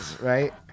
Right